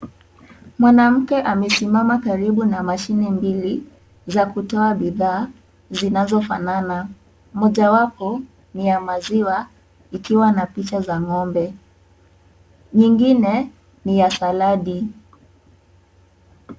Mwanamke amesimama karibu na mashine mbili za kutoa bidhaa zinazofanana, mojawapo ni ya maziwa ikiwa na picha za ng'ombe nyingine ni ya saladi.